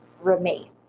remain